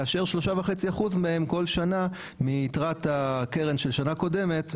כאשר 3.5% מהם בכל שנה מיתרת הקרן של שנה קודמת,